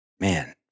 Man